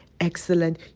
Excellent